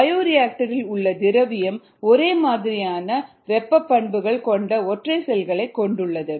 பயோரியாக்டர்இல் உள்ள திரவியம் ஒரே மாதிரியான வெப்ப பண்புகளைக் கொண்ட ஒற்றை செல்களைக் கொண்டுள்ளது